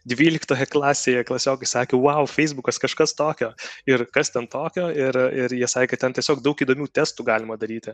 dvyliktoje klasėje klasiokai sakė vau feisbukas kažkas tokio ir kas ten tokio ir ir jie sakė kad ten tiesiog daug įdomių testų galima daryti